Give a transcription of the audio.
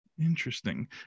interesting